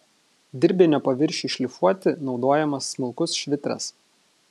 dirbinio paviršiui šlifuoti naudojamas smulkus švitras